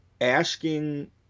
asking